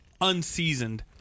Unseasoned